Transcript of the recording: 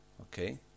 Okay